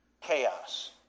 chaos